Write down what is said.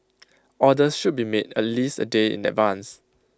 orders should be made at least A day in advance